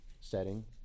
setting